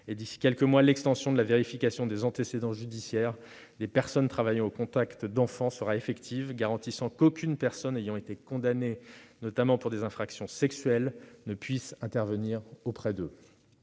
d'ici quelques mois, l'extension de la vérification des antécédents judiciaires des personnes travaillant au contact d'enfants sera effective, ce qui garantira qu'aucune personne ayant été condamnée, notamment pour des infractions sexuelles, ne pourra intervenir auprès d'eux.